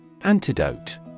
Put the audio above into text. Antidote